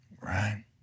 right